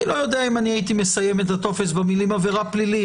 אני לא יודע אם אני הייתי מסיים את הטופס במלים "עבירה פלילית",